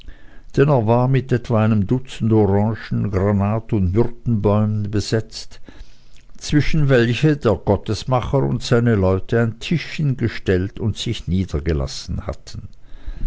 er war mit etwa einem dutzend orangen granat und myrtenbäumen besetzt zwischen welche der gottesmacher und seine leute ein tischchen gestellt und sich niedergelassen hatten